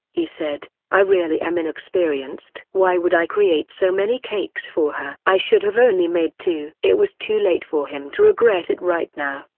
he said, i really am inexperienced. why would i create so many cakes for her? i should have only made two! it was too late for him to regret it right now,